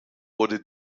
wurde